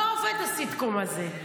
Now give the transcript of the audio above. לא עובד הסיטקום הזה.